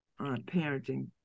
parenting